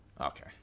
Okay